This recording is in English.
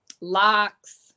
locks